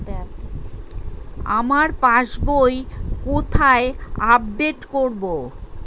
আমার পাস বই কোথায় আপডেট করব?